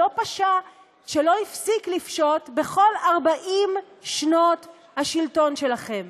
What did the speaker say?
שלא הפסיק לפשות בכל 40 שנות השלטון שלכם.